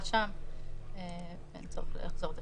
בקריאה: